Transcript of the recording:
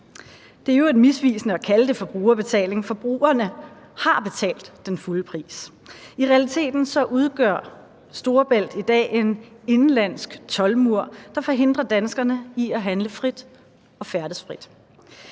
Det er i øvrigt misvisende at kalde det for brugerbetaling, for brugerne har betalt den fulde pris. I realiteten udgør Storebælt i dag en indenlandsk toldmur, der forhindrer danskerne i at handle frit og færdes frit.